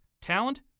talent